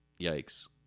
yikes